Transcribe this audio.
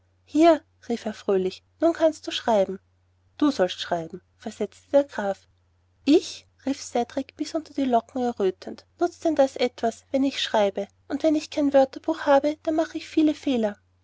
hier sagte er fröhlich nun kannst du schreiben du sollst schreiben versetzte der graf ich rief fauntleroy bis unter die locken errötend nutzt denn das etwas wenn ich schreibe und wenn ich kein wörterbuch habe dann mache ich viele fehler